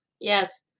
Yes